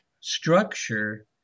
structure